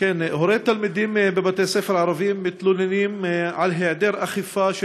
הורי תלמידים בבתי-ספר ערביים מתלוננים על היעדר אכיפה של